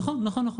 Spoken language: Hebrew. נכון.